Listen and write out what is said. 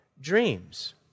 dreams